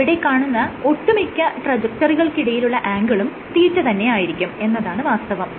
ഇവിടെ കാണുന്ന ഒട്ടുമിക്ക ട്രജക്ടറികൾക്കിടയിലുള്ള ആംഗിളും തീറ്റ തന്നെയായിരിക്കും എന്നതാണ് വാസ്തവം